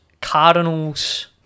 Cardinals